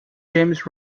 james